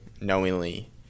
knowingly